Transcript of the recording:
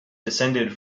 descended